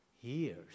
years